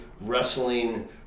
wrestling